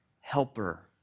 helper